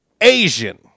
Asian